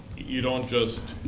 you don't just